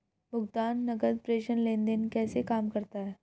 भुगतान नकद प्रेषण लेनदेन कैसे काम करता है?